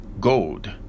gold